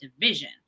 division